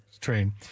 train